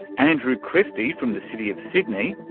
andrew christie from the city of sydney,